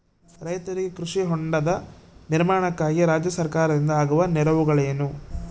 ರೈತರಿಗೆ ಕೃಷಿ ಹೊಂಡದ ನಿರ್ಮಾಣಕ್ಕಾಗಿ ರಾಜ್ಯ ಸರ್ಕಾರದಿಂದ ಆಗುವ ನೆರವುಗಳೇನು?